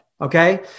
Okay